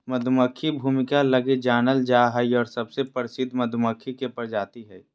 मधुमक्खी भूमिका लगी जानल जा हइ और सबसे प्रसिद्ध मधुमक्खी के प्रजाति हइ